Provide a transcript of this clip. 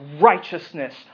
righteousness